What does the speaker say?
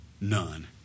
None